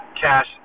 cash